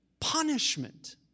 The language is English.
Punishment